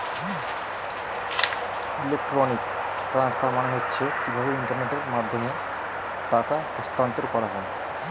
electronic transfer মানে হচ্ছে কিভাবে ইন্টারনেটের মাধ্যমে টাকা স্থানান্তর করা হয়